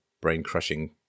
brain-crushing